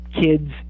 kids